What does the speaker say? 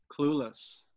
clueless